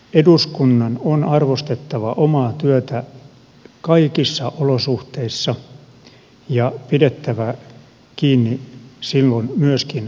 eduskunnan on arvostettava omaa työtään kaikissa olosuhteissa ja pidettävä kiinni silloin myöskin tasosta